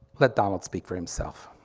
let donald speak for himself.